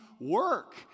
work